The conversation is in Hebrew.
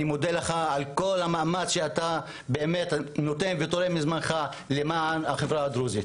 אני מודה לך על כל המאמץ שאתה משקיע למען החברה הדרוזית.